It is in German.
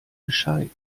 bescheid